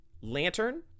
Lantern